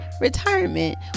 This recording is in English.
retirement